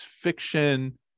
fiction